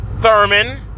Thurman